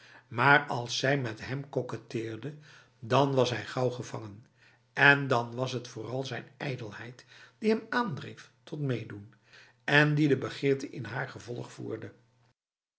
maar als zij met hem koketteerde dan was hij gauw gevangen en dan was het vooral zijn ijdelheid die hem aandreef tot meedoen en die de begeerte in haar gevolg voerde